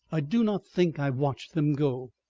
i do not think i watched them go.